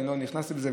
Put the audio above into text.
אני לא נכנס לזה,